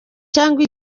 cyangwa